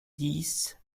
dix